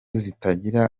zitagira